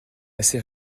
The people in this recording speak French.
assez